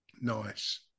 Nice